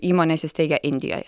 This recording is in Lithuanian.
įmonę įsisteigę indijoje